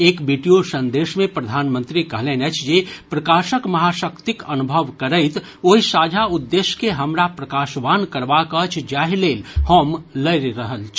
एक वीडियो संदेश मे प्रधानमंत्री कहलनि अछि जे प्रकाशक महाशक्तिक अनुभव करैत ओहि साझा उद्देश्य के हमरा प्रकाशवान करबाक अछि जाहि लेल हम लड़ि रहल छी